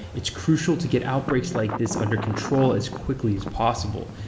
it's crucial to get outbreaks like this under control as quickly as possible,